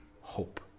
hope